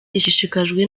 ishishikajwe